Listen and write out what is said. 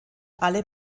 alle